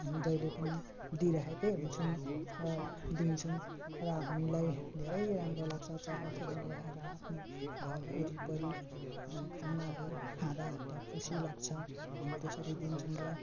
हामी जहिले पनि दिइरहेको हुन्छौँ र दिन्छौँ र हामीलाई धेरै राम्रो लाग्छ चराचुरुङ्गी आएर आफ्नो घर वरिपरि खानाहरू खाँदा अन्त खुसी लाग्छ हामी त्यसरी दिन्छौँ र